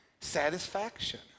satisfaction